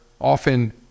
often